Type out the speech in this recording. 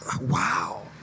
wow